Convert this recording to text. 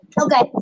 Okay